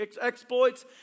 exploits